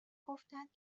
گفتند